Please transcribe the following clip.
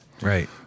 Right